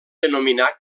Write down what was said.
denominar